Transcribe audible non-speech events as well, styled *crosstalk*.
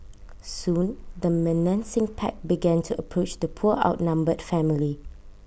*noise* soon the menacing pack began to approach the poor outnumbered family